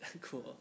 cool